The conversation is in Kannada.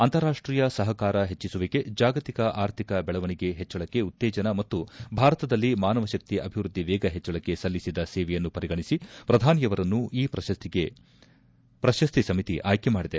ಅಂತಾರಾಷ್ಷೀಯ ಸಹಕಾರ ಹೆಚ್ಚಿಸುವಿಕೆ ಜಾಗತಿಕ ಆರ್ಥಿಕ ಬೆಳವಣಿಗೆ ಹೆಚ್ಚಳಕ್ಕೆ ಉತ್ತೇಜನ ಮತ್ತು ಭಾರತದಲ್ಲಿ ಮಾನವ ಶಕ್ತಿ ಅಭಿವ್ಯದ್ಧಿ ವೇಗ ಹೆಚ್ಚಳಕ್ಕೆ ಸಲ್ಲಿಸಿದ ಸೇವೆಯನ್ನು ಪರಿಗಣಿಸಿ ಪ್ರಧಾನಿಯವರನ್ನು ಈ ಪ್ರಶಸ್ತಿಗೆ ಪ್ರಶಸ್ತಿ ಸಮಿತಿ ಆಯ್ಕೆ ಮಾಡಿದೆ